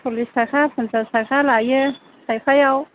सलिस थाखा फनसास थाखा लायो थाइफायाव